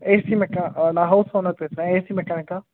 AC மெக்கா நான் house owner பேசுகிறேன் ஏசி மெக்கானிக்கா